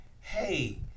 hey